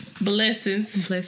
Blessings